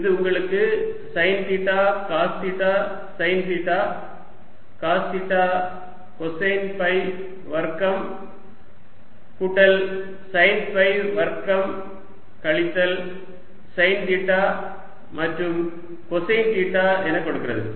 இது உங்களுக்கு sine theta cos theta sine theta cos theta cosine phi வர்க்கம் கூட்டல் சைன் ஃபை வர்க்கம் கழித்தல் சைன் தீட்டா மற்றும் கொசைன் தீட்டா என கொடுக்கிறது